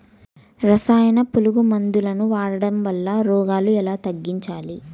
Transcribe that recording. రసాయన పులుగు మందులు వాడడం వలన రోగాలు ఎలా తగ్గించాలి?